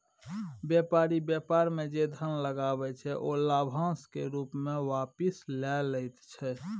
बेपारी बेपार मे जे धन लगबै छै ओ लाभाशं केर रुप मे आपिस लए लैत छै